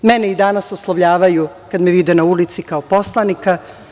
Mene i danas oslovljavaju, kada me vide na ulici kao poslanika.